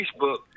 Facebook